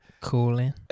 Cooling